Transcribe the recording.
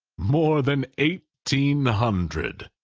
more than eighteen hundred,